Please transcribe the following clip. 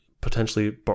potentially